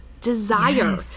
desire